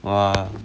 !wah!